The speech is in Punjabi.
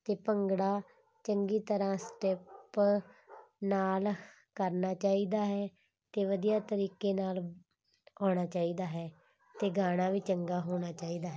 ਅਤੇ ਭੰਗੜਾ ਚੰਗੀ ਤਰ੍ਹਾਂ ਸਟੇਪ ਨਾਲ ਕਰਨਾ ਚਾਹੀਦਾ ਹੈ ਅਤੇ ਵਧੀਆ ਤਰੀਕੇ ਨਾਲ ਆਉਣਾ ਚਾਹੀਦਾ ਹੈ ਅਤੇ ਗਾਣਾ ਵੀ ਚੰਗਾ ਹੋਣਾ ਚਾਹੀਦਾ